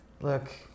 look